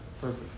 perfect